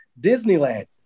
Disneyland